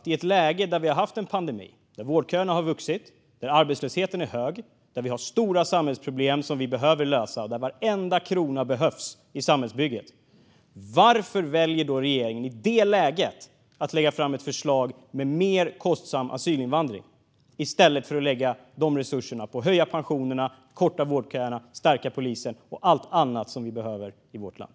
I ett läge där vi har haft en pandemi, där vårdköerna har vuxit, där arbetslösheten är hög, där det råder stora samhällsproblem som behöver lösas och där varenda krona behövs i samhällsbygget, varför väljer regeringen att lägga fram ett förslag med mer kostsam asylinvandring i stället för att lägga resurserna på att höja pensionerna, korta vårdköerna, stärka polisen och allt annat vi behöver i vårt land?